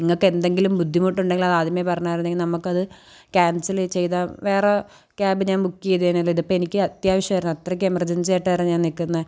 നിങ്ങൾക്ക് എന്തെങ്കിലും ബുദ്ധിമുട്ട് ഉണ്ടെങ്കിൽ അത് ആദ്യമേ പറഞ്ഞായിരുന്നെങ്കിൽ നമുക്കത് ക്യാൻസൽ ചെയ്താൽ വേറെ ക്യാബ് ഞാൻ ബുക്ക് ചെയ്തേനേല്ലോ ഇതിപ്പോൾ എനിക്ക് അത്യാവശ്യമായിരുന്നു അത്രയ്ക്ക് എമെർജെൻസി ആയിട്ട് ആയിരുന്നു ഞാൻ നിൽക്കുന്നത്